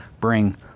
bring